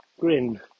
grin